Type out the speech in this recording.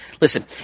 Listen